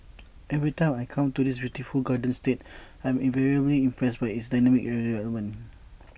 every time I come to this beautiful garden state I'm invariably impressed by its dynamic development